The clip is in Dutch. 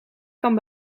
kan